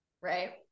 Right